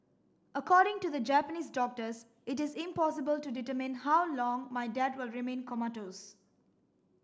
according to the Japanese doctors it is impossible to determine how long my dad will remain comatose